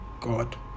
God